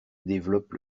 développent